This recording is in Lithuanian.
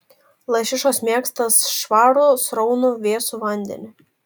lašišos mėgsta švarų sraunų vėsų vandenį